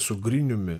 su griniumi